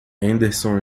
henderson